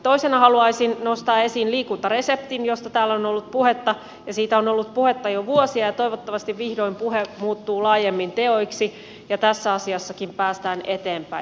toisena haluaisin nostaa esiin liikuntareseptin josta täällä on ollut puhetta ja siitä on ollut puhetta jo vuosia ja toivottavasti vihdoin puhe muuttuu laajemmin teoiksi ja tässäkin asiassa päästään eteenpäin